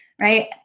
right